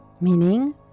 Meaning